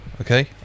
okay